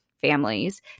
families